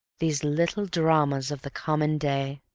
these little dramas of the common day!